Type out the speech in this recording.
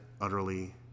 utterly